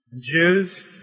Jews